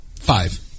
Five